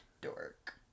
Dork